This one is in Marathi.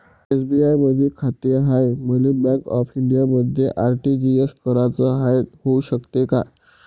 एस.बी.आय मधी खाते हाय, मले बँक ऑफ इंडियामध्ये आर.टी.जी.एस कराच हाय, होऊ शकते का?